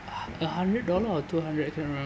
h~ a hundred dollar or two hundred I cannot remember